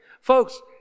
Folks